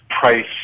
price